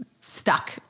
stuck